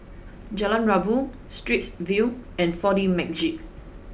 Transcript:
Jalan Rabu Straits View and four D Magix